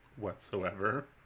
whatsoever